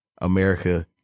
america